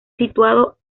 situado